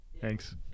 Thanks